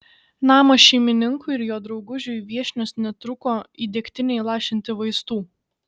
namo šeimininkui ir jo draugužiui viešnios netruko į degtinę įlašinti vaistų